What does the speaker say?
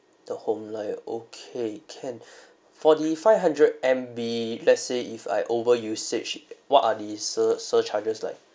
the home line okay can for the five hundred M_B let's say if I over usage what are the sur~ surcharges like